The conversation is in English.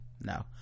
no